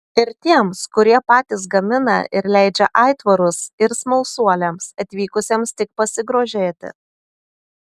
ir tiems kurie patys gamina ir leidžia aitvarus ir smalsuoliams atvykusiems tik pasigrožėti